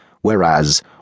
whereas